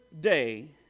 day